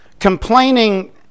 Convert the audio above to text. Complaining